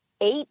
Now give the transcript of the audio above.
eight